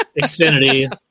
Xfinity